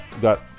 got